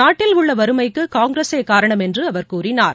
நாட்டில் உள்ள வறுமைக்கு காங்கிரசே காரணம் என்று கூறினார்